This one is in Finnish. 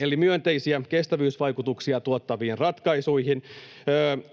eli myönteisiä kestävyysvaikutuksia tuottaviin ratkaisuihin,